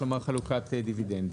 כלומר חלוקת דיבידנדים.